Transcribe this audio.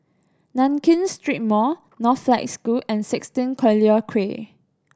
Nankin Street Mall Northlight School and sixteen Collyer Quay